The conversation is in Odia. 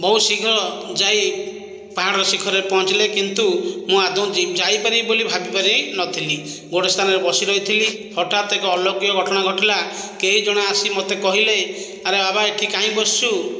ବହୁତ ଶୀଘ୍ର ଯାଇ ପାହାଡ଼ର ଶିଖରରେ ପହଞ୍ଚିଲେ କିନ୍ତୁ ମୁଁ ଆଦୌ ଯାଇପାରିବି ବୋଲି ଭାବି ପାରିନଥିଲି ଗୋଟିଏ ସ୍ଥାନରେ ବସି ରହିଥିଲି ହଠାତ ଏକ ଅଲୌକିକ ଘଟଣା ଘଟିଲା କେହି ଜଣେ ଆସି ମୋତେ କହିଲେ ଆରେ ବାବା ଏଇଠି କାହିଁକି ବସିଛୁ